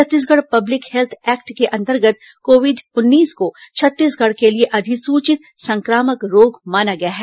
Chhattisgarh public health act के अंतर्गत Covid उन्नीस को छत्तीसगढ़ के लिए अधिसूचित संक्रामक रोग माना गया है